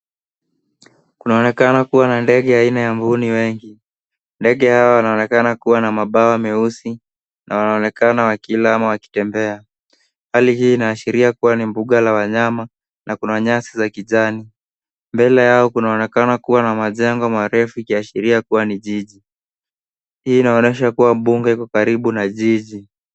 Kunaonekana kuwa na ndege aina ya mbuni wengi. ndege hawa wanaonekana kuwa na mabawa meusi na wanaoenekana wakiinama wakitembea. Hali hii inaashiria kuwa ni mbuga la wanyama na kuna nyasi za kijani. Mbele yao kunaonekana kuwa na majumba marefu ikiashiria kuwa ni jiji. Hii inaonyesha kuwa mbuga iko karibu na jiji.